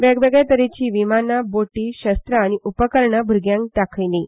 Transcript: वेगवेगळ्या तरेची विमान बोटी शस्त्रां आनी उपकरणां भूरग्यांक दाखलीं